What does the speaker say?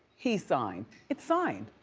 he signed. it's signed.